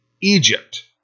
Egypt